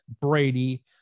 Brady